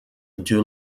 into